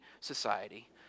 society